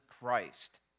Christ